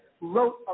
wrote